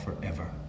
forever